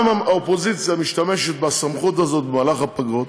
גם האופוזיציה משתמשת בסמכות הזאת במהלך הפגרות,